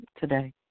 today